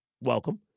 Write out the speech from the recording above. Welcome